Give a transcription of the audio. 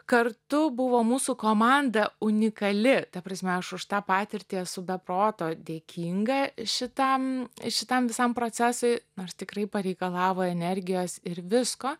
kartu buvo mūsų komanda unikali ta prasme aš už tą patirtį esu be proto dėkinga šitam šitam visam procesui nors tikrai pareikalavo energijos ir visko